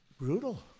brutal